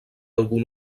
algun